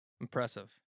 Impressive